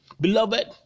beloved